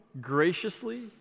graciously